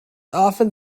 often